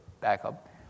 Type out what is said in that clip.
backup